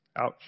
Ouch